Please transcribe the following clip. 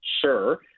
Sure